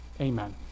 amen